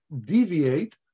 deviate